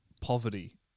Poverty